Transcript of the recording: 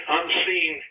unseen